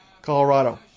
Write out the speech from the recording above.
Colorado